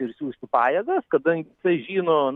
ir siųsti pajėgas kadangi jisai žino